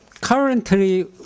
currently